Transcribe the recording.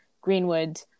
Greenwood